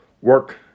work